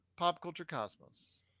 PopCultureCosmos